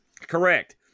Correct